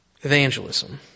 evangelism